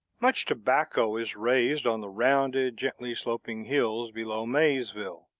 much tobacco is raised on the rounded, gently-sloping hills below maysville.